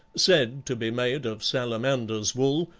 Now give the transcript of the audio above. said to be made of salamander's wool,